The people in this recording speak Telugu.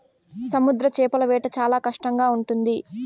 సముద్ర చేపల వేట చాలా కష్టంగా ఉంటుంది